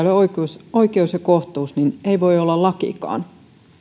ole oikeus oikeus ja kohtuus ei voi olla lakikaan